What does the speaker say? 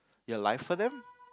your life for them